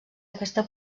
aquesta